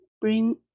Bring